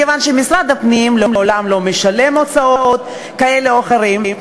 מכיוון שמשרד הפנים לעולם לא משלם הוצאות כאלה או אחרות,